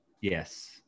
Yes